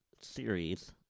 series